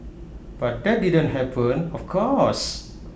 but that didn't happen of course